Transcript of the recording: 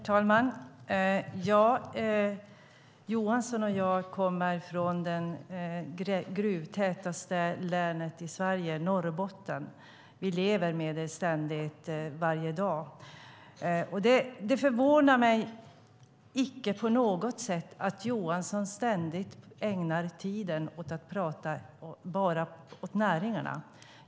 Herr talman! Johansson och jag kommer båda från det gruvtätaste länet i Sverige - Norrbotten. Vi lever med det ständigt, varje dag. Det förvånar mig icke på något sätt att Johansson ständigt ägnar tiden åt att bara prata för näringarna.